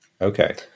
Okay